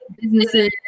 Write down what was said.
businesses